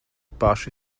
paši